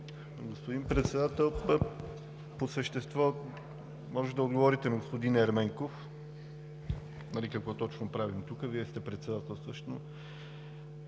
Господин Председател, по същество може да отговорите на господин Ерменков какво точно правим тук. Вие сте председателстващ,